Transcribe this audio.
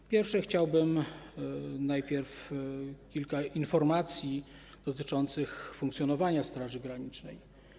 Po pierwsze, chciałbym najpierw podać kilka informacji dotyczących funkcjonowania Straży Granicznej.